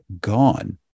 gone